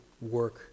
work